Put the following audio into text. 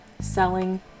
selling